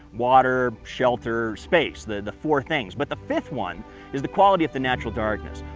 water, shelter, space. the the four things but the fifth one is the quality of the natural darkness.